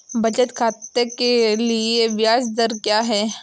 बचत खाते के लिए ब्याज दर क्या है?